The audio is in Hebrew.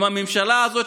גם עם הממשלה הזאת,